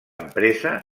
empresa